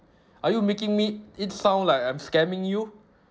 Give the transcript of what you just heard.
are you making me it sound like I'm scamming you